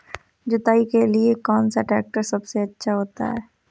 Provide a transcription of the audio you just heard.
जुताई के लिए कौन सा ट्रैक्टर सबसे अच्छा होता है?